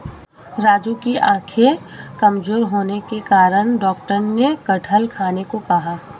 राजू की आंखें कमजोर होने के कारण डॉक्टर ने कटहल खाने को कहा